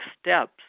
steps